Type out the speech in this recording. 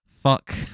fuck